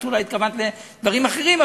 את אולי התכוונת לדברים אחרים,